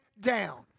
down